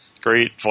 great